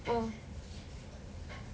oh